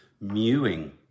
Mewing